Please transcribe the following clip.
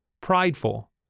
prideful